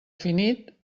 finit